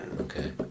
Okay